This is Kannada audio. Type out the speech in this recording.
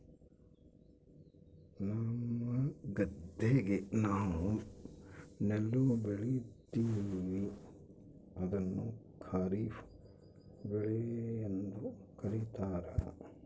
ನಮ್ಮ ಗದ್ದೆಗ ನಾವು ನೆಲ್ಲು ಬೆಳೀತೀವಿ, ಅದನ್ನು ಖಾರಿಫ್ ಬೆಳೆಯೆಂದು ಕರಿತಾರಾ